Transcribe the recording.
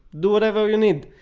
do whatever you need.